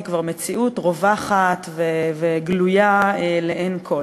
היא כבר מציאות רווחת וגלויה לעין כול.